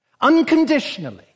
unconditionally